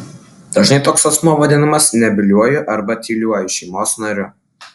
dažnai toks asmuo vadinamas nebyliuoju arba tyliuoju šeimos nariu